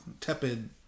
tepid